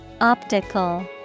Optical